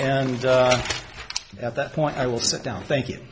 and at that point i will sit down thank you